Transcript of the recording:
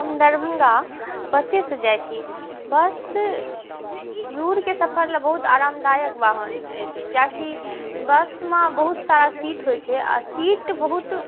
हम दरभङ्गा बसेसँ जाइ छी बस दूरके सफरलए बहुत आरामदायक वाहन अछि कियाकि बसमे बहुत सारा सीट होइ छै आओर सीट बहुत